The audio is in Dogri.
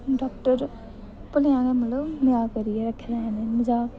डाक्टर भलेआं गै मजाक करियै रक्खे दा इ'नें मजाक